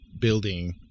building